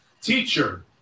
Teacher